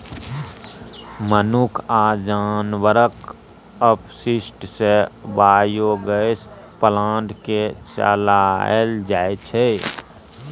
मनुख आ जानबरक अपशिष्ट सँ बायोगैस प्लांट केँ चलाएल जाइ छै